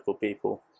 people